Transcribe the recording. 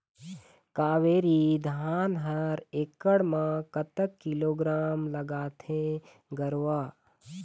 कावेरी धान हर एकड़ म कतक किलोग्राम लगाथें गरवा?